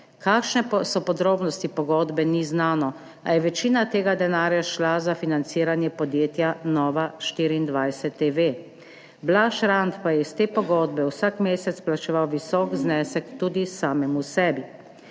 Kakšne so podrobnosti pogodbe, ni znano, a je večina tega denarja šla za financiranje podjetja Nova24TV, Blaž Rant pa je iz te pogodbe vsak mesec plačeval visok znesek tudi samemu sebi.